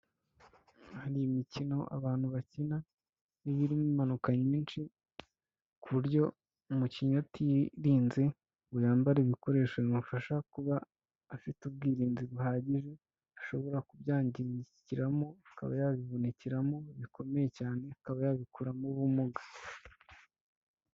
Hari imikino abantu bakina, iba irimo impanuka nyinshi ku buryo umukinnyi atirinze ngo yambare ibikoresho bimufasha kuba afite ubwirinzi buhagije, ashobora kubyangikiramo akaba yabivunikiramo bikomeye cyane akaba yabikuramo ubumuga.